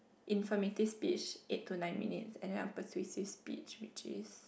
informative speech eight to nine minutes and then persuasive speech which is